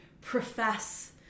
profess